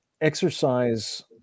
exercise